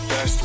Best